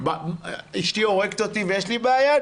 אשתי הורגת אותי ויש לי בעיה,